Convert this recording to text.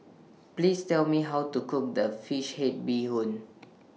Please Tell Me How to Cook The Fish Head Bee Hoon